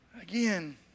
Again